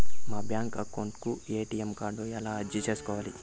మా bank account కు ATM card ఎలా అర్జీ సేసుకోవాలి?